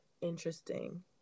interesting